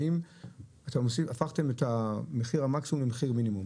האם הפכתם את המחיר המקסימום למחיר מינימום?